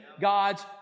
God's